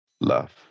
love